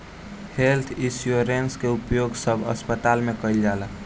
health insurance के उपयोग सब अस्पताल में कईल जाता